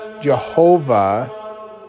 Jehovah